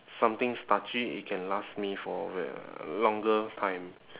something starchy it can last me for a ve~ uh longer time